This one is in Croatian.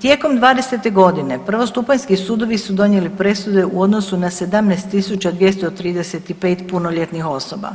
Tijekom '20. godine prvostupanjski sudovi su donijeli presude u odnosu na 17.235 punoljetnih osoba,